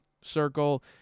circle